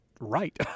right